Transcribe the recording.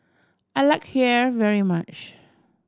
I like Kheer very much